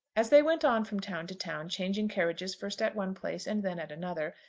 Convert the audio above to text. as they went on from town to town, changing carriages first at one place and then at another,